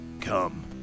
come